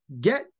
get